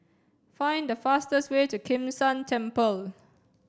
find the fastest way to Kim San Temple